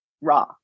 raw